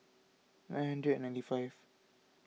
nine hundred and ninety five